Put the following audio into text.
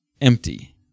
empty